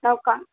ನಾವು ಕಾ